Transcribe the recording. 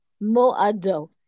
Mo'ado